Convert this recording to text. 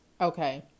Okay